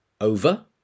over